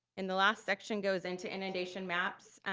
and the last section goes into inundation maps.